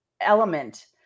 element